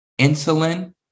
insulin